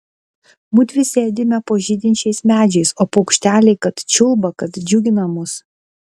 mudvi sėdime po žydinčiais medžiais o paukšteliai kad čiulba kad džiugina mus